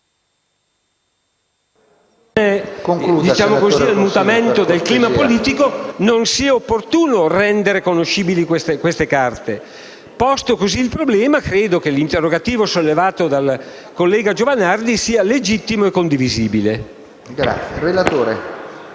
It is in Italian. condizioni del clima politico, non sia opportuno rendere conoscibili queste carte. Posta così la questione, credo che l'interrogativo sollevato dal collega Giovanardi sia legittimo e condivisibile.